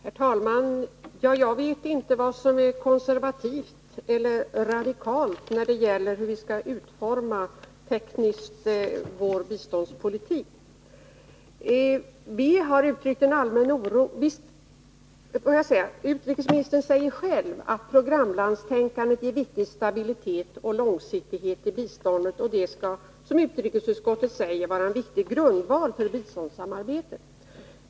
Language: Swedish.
Herr talman! Jag vet inte vad som är konservativt eller radikalt när det gäller hur vi skall utforma vårt biståndsprogram tekniskt. Utrikesministern säger själv att programlandstänkandet ger viktig stabilitet och långsiktighet i biståndet. Det skall också, som utrikesutskottet säger, vara en viktig grundval för biståndssamarbetet.